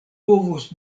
povus